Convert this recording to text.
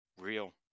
real